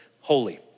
holy